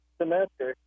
semester